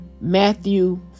Matthew